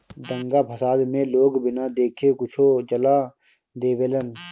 दंगा फसाद मे लोग बिना देखे कुछो जला देवेलन